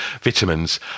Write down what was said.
vitamins